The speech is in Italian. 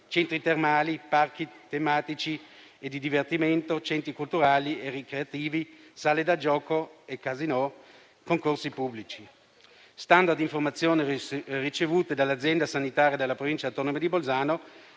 centri termali, parchi tematici e di divertimento, centri culturali e ricreativi, sale da gioco e casinò, concorsi pubblici. Stante le informazioni ricevute dall'azienda sanitaria della Provincia autonoma di Bolzano,